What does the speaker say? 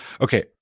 Okay